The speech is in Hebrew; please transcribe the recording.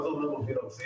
מה זה אומר מוביל ארצי,